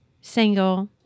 single